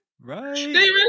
Right